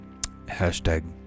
hashtag